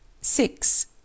six